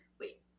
wait